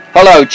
Hello